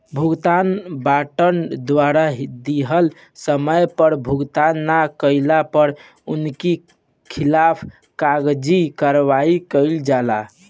भुगतान वारंट द्वारा दिहल समय पअ भुगतान ना कइला पअ उनकी खिलाफ़ कागजी कार्यवाही कईल जाला